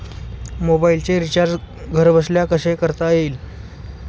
मोबाइलचे रिचार्ज घरबसल्या कसे करता येईल?